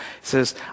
says